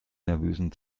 nervösen